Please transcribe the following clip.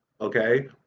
okay